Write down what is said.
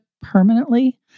permanently